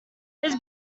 his